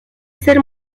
ser